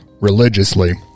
religiously